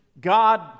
God